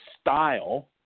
style